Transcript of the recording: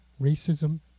racism